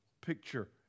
picture